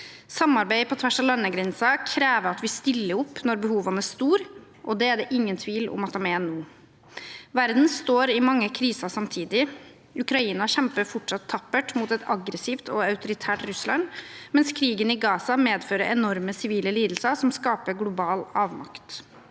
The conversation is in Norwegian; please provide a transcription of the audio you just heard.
Samarbeid på tvers av landegrenser krever at vi stiller opp når behovene er store, og det er det ingen tvil om at de er nå. Verden står i mange kriser samtidig. Ukraina kjemper fortsatt tappert mot et aggressivt og autoritært Russland, mens krigen i Gaza medfører enorme sivile lidelser som skaper global avmakt.